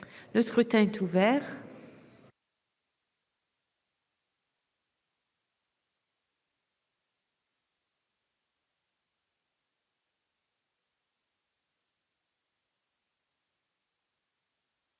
Le scrutin est ouvert.